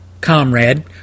comrade